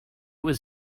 was